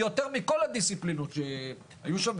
יותר מכל הדיסציפלינות שהיו שם,